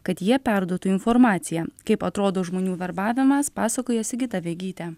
kad jie perduotų informaciją kaip atrodo žmonių verbavimas pasakoja sigita vegytė